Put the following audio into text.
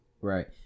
Right